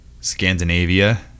Scandinavia